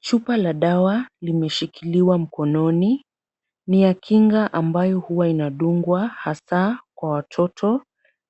Chupa la dawa limeshikiliwa mkononi. Ni ya kinga ambayo huwa inadungwa hasaa kwa watoto